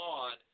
on